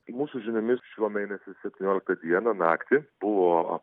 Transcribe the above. mūsų žiniomis šio mėnesio septynioliktą dieną naktį buvo